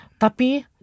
Tapi